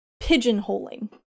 pigeonholing